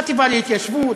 החטיבה להתיישבות,